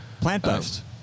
Plant-based